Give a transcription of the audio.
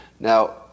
Now